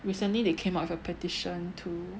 recently they came up with a petition to